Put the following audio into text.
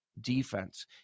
defense